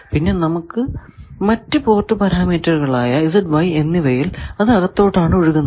പിന്നെ മറ്റു പോർട്ട് പരാമീറ്ററുകൾ ആയ Z Y എന്നിവയിൽ അത് അകത്തോട്ടാണ് ഒഴുകുന്നത്